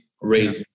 raised